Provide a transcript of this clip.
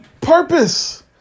purpose